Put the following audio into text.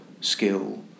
skill